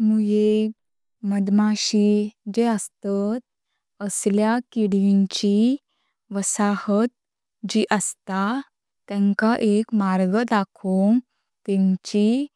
मुई, मधमाशी जे अस्तात असल्या किडिंची वसहत जी आस्ता तेंका एक मार्ग दाखवप तेंची